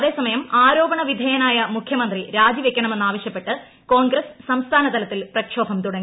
അതേസമയം ആരോപണ വിധേയനായ മുഖ്യമന്ത്രി രാജിവയ്ക്കണമെന്നാവശ്യപ്പെട്ട് കോൺഗ്രസ് സംസ്ഥാനതലത്തിൽ പ്രക്ഷ്ടോഭം തുടങ്ങി